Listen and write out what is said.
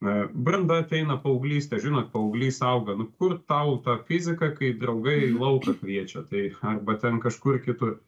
a branda ateina paauglystė žinot paauglys auga nu kur tau ta fizika kai draugai į lauką kviečia tai arba ten kažkur kitur